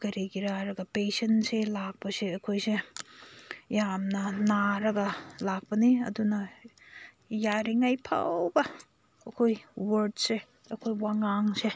ꯀꯔꯤꯒꯤꯔ ꯍꯥꯏꯔꯒ ꯄꯦꯁꯦꯟꯁꯦ ꯂꯥꯛꯄꯁꯦ ꯑꯩꯈꯣꯏꯁꯦ ꯌꯥꯝꯅ ꯅꯥꯔꯒ ꯂꯥꯛꯄꯅꯤ ꯑꯗꯨꯅ ꯌꯥꯔꯤꯉꯩ ꯐꯥꯎꯕ ꯑꯩꯈꯣꯏ ꯋꯔꯠꯁꯦ ꯑꯩꯈꯣꯏ ꯋꯥꯥꯉꯥꯡꯁꯦ